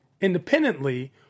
independently